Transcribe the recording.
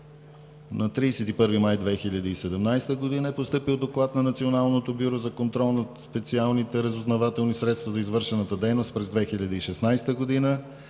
На 31 май 2017 г. е постъпил Доклад на Националното бюро за контрол над специалните разузнавателни средства за извършената дейност през 2016 г.